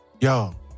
yo